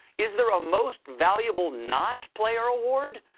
is there a most valuable not player award?